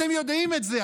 אתם יודעים את זה,